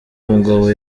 mugabo